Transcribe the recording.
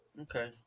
Okay